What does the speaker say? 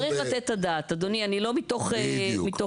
צריך לתת את הדעת, לא מתוך התרסה.